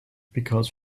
because